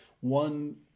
One